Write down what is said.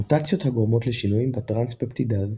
מוטציות הגורמות לשינויים בטרנספפטידאז,